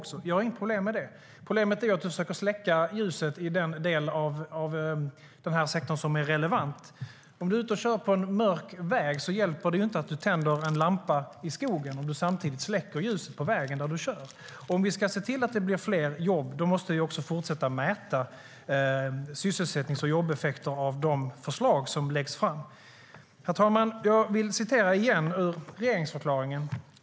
Det har jag inget problem med. Problemet är att hon försöker släcka ljuset i den del av sektorn som är relevant. Om man är ute och kör på en mörk väg hjälper det inte att man tänder en lampa i skogen, om man samtidigt släcker ljuset på vägen där man kör. Om vi ska se till att det blir fler jobb måste vi också fortsätta att mäta sysselsättnings och jobbeffekterna av de förslag som läggs fram. Herr talman! Jag vill återigen citera ur regeringsförklaringen.